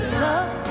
love